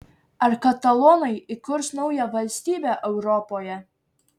ar katalonai įkurs naują valstybę europoje